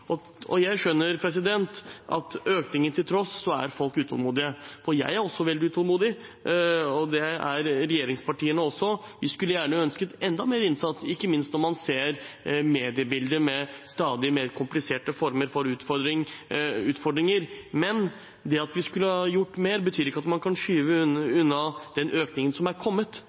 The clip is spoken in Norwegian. økningen skjønner jeg at folk er utålmodige. Jeg er veldig utålmodig, og det er også regjeringspartiene. Vi skulle gjerne ønsket enda mer innsats, ikke minst når man ser mediebildet, med stadig mer kompliserte utfordringer. Men det at vi skulle gjort mer, betyr ikke at vi kan skyve unna den økningen som er kommet,